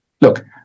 Look